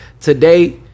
today